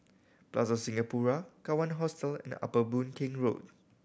Plaza Singapura Kawan Hostel and Upper Boon Keng Road